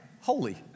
Holy